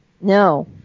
No